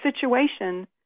situation